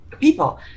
people